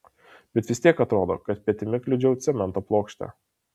bet vis tiek atrodo kad petimi kliudžiau cemento plokštę